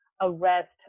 arrest